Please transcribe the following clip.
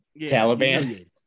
Taliban